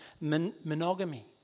monogamy